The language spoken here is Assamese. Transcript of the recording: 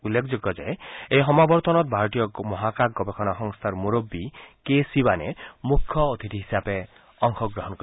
উল্লেখযোগ্য যে এই সমাবৰ্তনত ভাৰতীয় মহাকাশ গৱেষণা সংস্থাৰ মুৰববী কে শিৱানে মুখ্য অতিথি হিচাপে অংশগ্ৰহণ কৰিব